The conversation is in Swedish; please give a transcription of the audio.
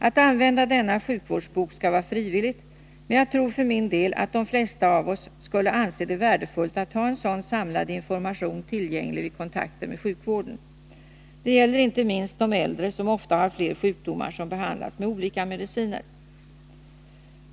Att använda denna sjukvårdsbok skall vara frivilligt, men jag tror för min del att de flesta av oss skulle anse det värdefullt att ha en sådan samlad information tillgänglig vid kontakter med sjukvården. Detta gäller inte minst de äldre, som ofta har flera sjukdomar som behandlas med olika mediciner.